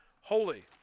holy